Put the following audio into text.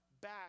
back